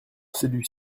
celui